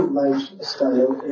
lifestyle